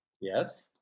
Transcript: Yes